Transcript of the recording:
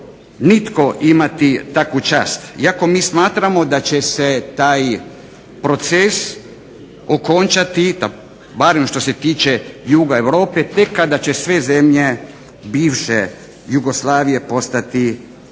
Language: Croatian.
nitko imati takvu čast. Iako mi smatramo da će se taj proces okončati, barem što se tiče juga Europe, tek kada će sve zemlje bivše Jugoslavije postati ravnopravno